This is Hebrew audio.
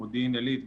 מודיעין עלית,